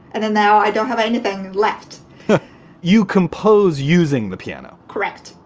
and then now i don't have anything left you compose using the piano. correct.